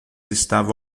estava